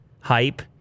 hype